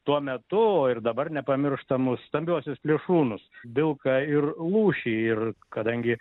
tuo metu ir dabar nepamirštamus stambiuosius plėšrūnus vilką ir lūšį ir kadangi